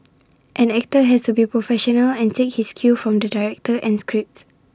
an actor has to be professional and take his cue from the director and script